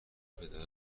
پدرو